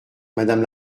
madame